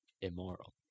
immoral